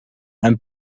and